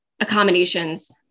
accommodations